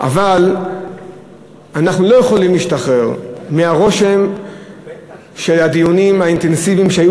אבל אנחנו לא יכולים להשתחרר מהרושם שהדיונים האינטנסיביים שהיו